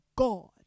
God